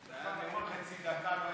זה היה נאום חצי דקה.